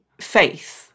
faith